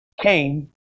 came